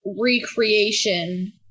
recreation